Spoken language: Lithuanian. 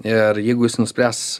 ir jeigu jis nuspręs